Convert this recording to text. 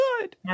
good